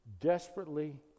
desperately